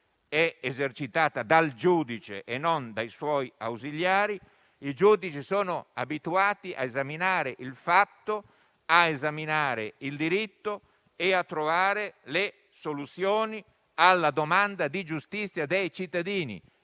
è esercitata dal giudice e non dai suoi ausiliari, a esaminare il fatto, a esaminare il diritto e a trovare le soluzioni alla domanda di giustizia dei cittadini.